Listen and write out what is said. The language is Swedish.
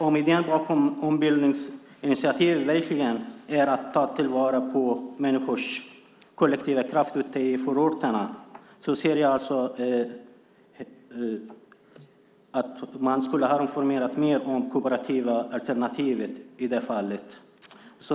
Om idén bakom ombildningsinitiativet verkligen var att ta till vara människors kollektiva kraft ute i förorterna borde man ha informerat mer om det kooperativa alternativet.